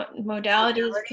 modalities